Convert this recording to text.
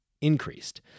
Increased